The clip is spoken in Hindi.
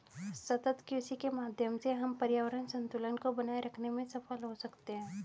सतत कृषि के माध्यम से हम पर्यावरण संतुलन को बनाए रखते में सफल हो सकते हैं